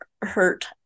hurt